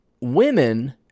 women